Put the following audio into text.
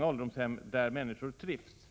ålderdomshem, där människor också trivs.